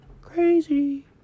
Crazy